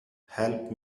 help